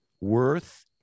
worth